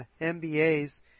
MBAs